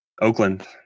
Oakland